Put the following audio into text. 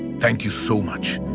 thank you so much!